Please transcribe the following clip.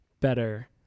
better